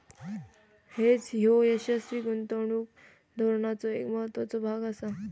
hedge ह्यो यशस्वी गुंतवणूक धोरणाचो एक महत्त्वाचो भाग आसा